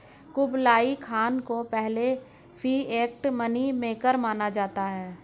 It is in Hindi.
कुबलई खान को पहले फिएट मनी मेकर माना जाता है